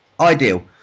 ideal